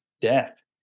death